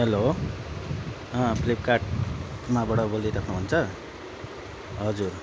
hello फ्लिपकार्टमाबाट बोलिराख्नु हुन्छ हजुर